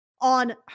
on